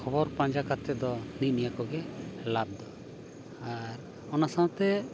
ᱠᱷᱚᱵᱚᱨ ᱯᱟᱸᱡᱟ ᱠᱟᱛᱮᱫ ᱫᱚ ᱱᱮᱜ ᱮ ᱱᱤᱭᱟᱹ ᱠᱚᱜᱮ ᱞᱟᱵᱷ ᱫᱚ ᱟᱨ ᱚᱱᱟ ᱥᱟᱶᱛᱮ